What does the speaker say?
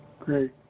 Great